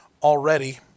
already